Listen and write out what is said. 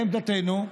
לעמדתנו,